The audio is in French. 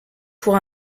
pour